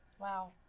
wow